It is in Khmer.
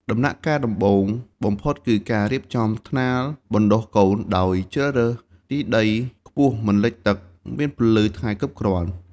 ដំណាក់កាលដំបូងបំផុតគឺការរៀបចំថ្នាលបណ្តុះកូន ដោយជ្រើសរើសទីដីខ្ពស់មិនលិចទឹក មានពន្លឺថ្ងៃគ្រប់គ្រាន់។